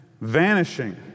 vanishing